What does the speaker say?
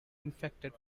infected